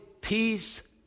peace